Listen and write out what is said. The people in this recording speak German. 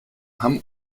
hamm